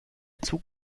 zug